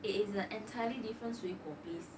it is an entirely different 水果 please